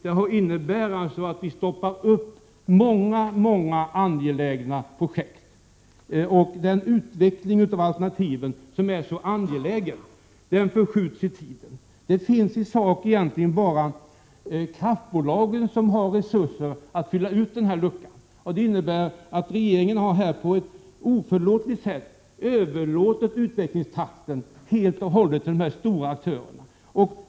Det innebär att många angelägna projekt stoppas upp, och den utveckling av alternativen som är så angelägen förskjuts i tiden. I sak är det egentligen bara kraftbolagen som har resurser att fylla detta gap. Regeringen har därigenom på ett oförlåtligt sätt helt och hållet överlåtit utvecklingstakten på de stora aktörerna.